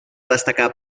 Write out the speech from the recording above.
destacar